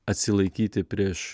atsilaikyti prieš